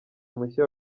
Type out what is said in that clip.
mushya